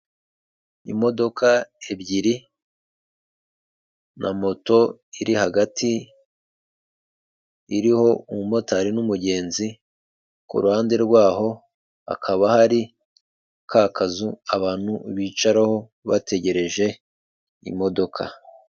Imodoka ebyiri na moto iri hagati iriho umumotari n'umugenzi, kuruhande rwaho hakaba hariho ka kazu abantu bicaraho bategereje imodoka.